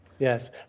Yes